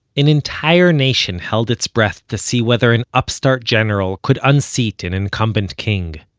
an entire nation held its breath to see whether an upstart general could unseat an incumbent king.